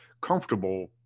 comfortable